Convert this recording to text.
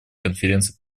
конференции